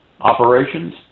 operations